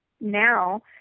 now